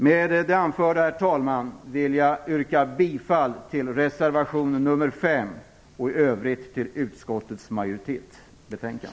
Med det anförda, herr talman, vill jag yrka bifall till reservation nr 5 och i övrigt till utskottets hemställan.